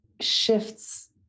shifts